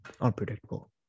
unpredictable